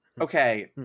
Okay